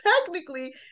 technically